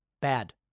bad